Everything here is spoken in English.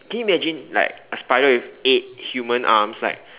can you imagine like a spider with eight human arms like